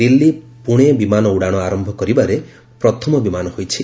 ଦିଲ୍ଲୀ ପୁଣେ ବିମାନ ଉଡ଼ାଶ ଆରମ୍ଭ କରିବାରେ ପ୍ରଥମ ବିମାନ ହୋଇଛି